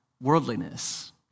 worldliness